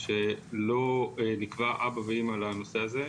שלא נקבע אבא ואמא לנושא הזה.